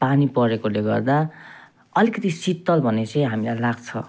पानी परेकोले गर्दा अलिकति शीतल भने चाहिँ हामीलाई लाग्छ